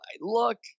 look